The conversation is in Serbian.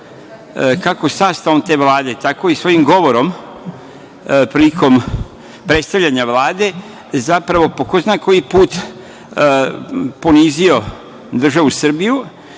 kako sastavom te vlade, tako i svojim govorom prilikom predstavljanje vlade zapravo po ko zna koji put ponizio državu Srbiju